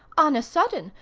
on a sudden,